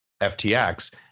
FTX